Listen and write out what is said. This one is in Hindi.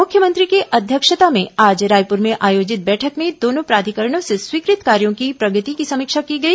मुख्यमंत्री की अध्यक्षता में आज रायपुर में आयोजित बैठक में दोनों प्राधिकरणों से स्वीकृत कार्यों की प्रगति की समीक्षा की गई